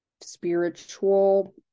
spiritual